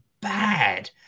bad